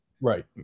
Right